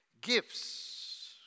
Gifts